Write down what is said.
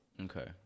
Okay